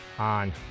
on